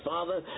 Father